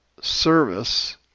service